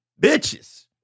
bitches